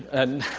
and